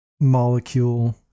molecule